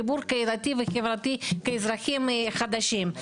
חיבור קהילתי וחברתי כאזרחים חדשים.